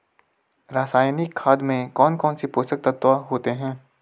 रासायनिक खाद में कौन कौन से पोषक तत्व होते हैं?